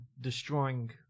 destroying